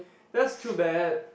that's too bad